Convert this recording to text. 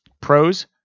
Pros